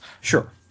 Sure